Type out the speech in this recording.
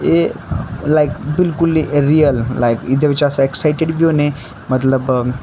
एह् लाइक बिलकुल real life इं'दे बिच्च अस एक्साइटड बी होन्ने मतलब